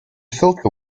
filter